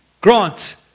Grant